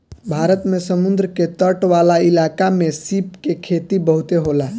भारत में समुंद्र के तट वाला इलाका में सीप के खेती बहुते होला